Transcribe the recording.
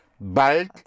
bald